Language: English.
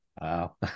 Wow